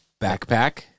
backpack